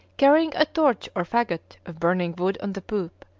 carrying a torch or faggot of burning wood on the poop,